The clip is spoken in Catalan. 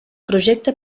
projecte